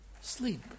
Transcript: Sleep